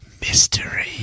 mystery